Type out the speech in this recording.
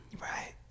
right